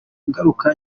ingaruka